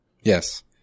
yes